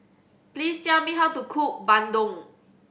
please tell me how to cook bandung